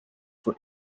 for